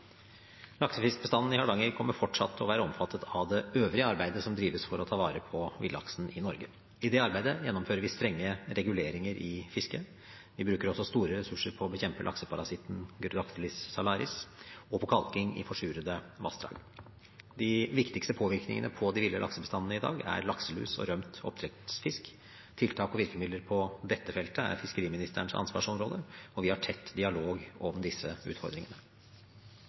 i Hardanger kommer fortsatt til å være omfattet av det øvrige arbeidet som drives for å ta vare på villaksen i Norge. I det arbeidet gjennomfører vi strenge regulereringer i fisket. Vi bruker også store ressurser på å bekjempe lakseparasitten Gyrodactylus salaris og på kalking i forsurede vassdrag. De viktigste påvirkningene på de ville laksebestandene i dag er lakselus og rømt oppdrettsfisk. Tiltak og virkemidler på dette feltet er fiskeriministerens ansvarsområde, og vi har tett dialog om disse utfordringene.